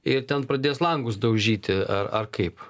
ir ten pradės langus daužyti ar ar kaip